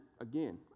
again